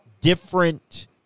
different